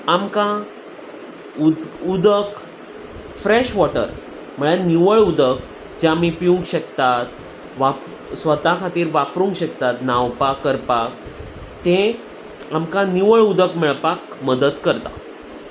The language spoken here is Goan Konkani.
आमकां उदक फ्रेश वॉटर म्हळ्यार निवळ उदक जें आमी पिवंक शकतात वा स्वता खातीर वापरूंक शकतात न्हांवपाक करपाक तें आमकां निवळ उदक मेळपाक मदत करता